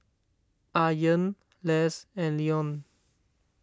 Ayaan Less and Leone